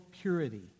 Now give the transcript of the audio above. purity